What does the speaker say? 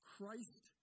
Christ